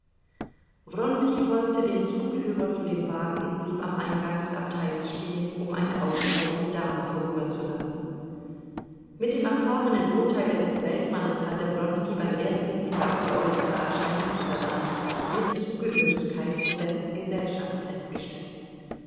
folgte dem zugführer zu dem wagen und blieb am eingang des abteils stehen um eine aussteigende dame vorüberzulassen mit dem erfahrenen urteile des weltmannes hatte wronski beim ersten blicke auf die äußere erscheinung dieser dame ihre zugehörigkeit zur besten gesellschaft festgestellt